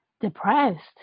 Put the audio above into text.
depressed